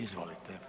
Izvolite.